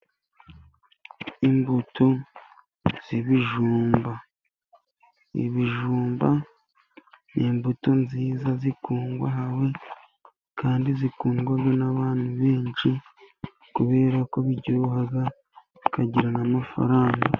Imbuto z'ibijumba, ibijumba ni imbuto nziza zikungahaye kandi zikundwa n'abantu benshi, kubera ko biryoha bikagira n'amafaranga.